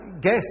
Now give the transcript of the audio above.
guess